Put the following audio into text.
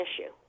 issue